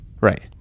Right